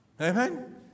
Amen